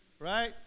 Right